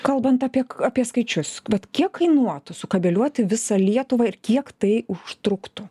kalbant apie apie skaičius vat kiek kainuotų sukabeliuoti visą lietuvą ir kiek tai užtruktų